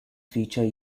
feature